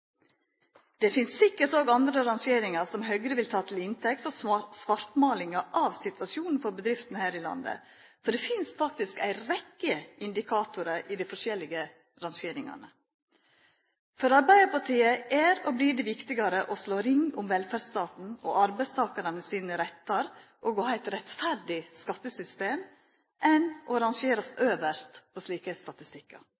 Det finst sikkert òg andre rangeringar som Høgre vil ta til inntekt for svartmalinga av situasjonen for bedriftene her i landet. For det finst faktisk ei rekkje indikatorar i dei forskjellige rangeringane. For Arbeidarpartiet er og vert det viktigare å slå ring om velferdsstaten og arbeidstakarane sine rettar og å ha eit rettferdig skattesystem enn å